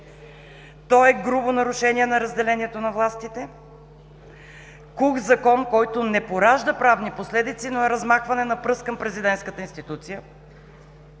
Той е грубо нарушение на разделението на властите, кух закон, който не поражда правни последици, но е размахване на пръст към президентската институция.